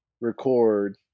record